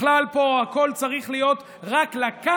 בכלל, הכול פה צריך להיות רק לקחת,